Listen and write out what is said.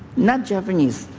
not japanese.